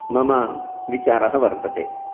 मम विचारः वर्तते